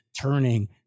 turning